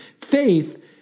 Faith